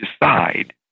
decide